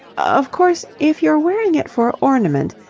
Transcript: of course, if you're wearing it for ornament,